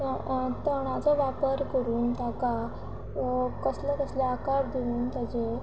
तणाचो वापर करून ताका कसले कसले आकार दिवन ताचे